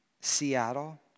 Seattle